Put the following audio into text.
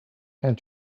and